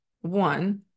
one